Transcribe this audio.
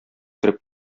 кереп